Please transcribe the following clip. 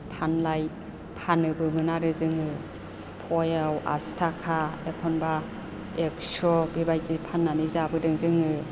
फानलाय फानोबोमोन आरो जोङो पवायाव आसि थाखा एखमब्ला एकस' बेबायदि फाननानै जाबोदों जोङो